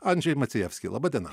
andžej macijevskij laba diena